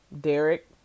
Derek